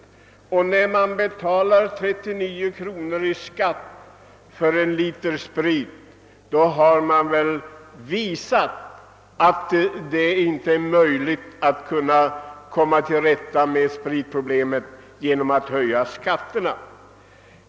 Enbart det faktum att man godvilligt betalar 39 kronor i skatt för en liter sprit visar att det inte är möjligt att komma till rätta med spritproblemet genom att höja spritskatterna ytterligare.